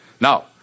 Now